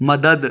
مدد